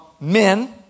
men